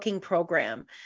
program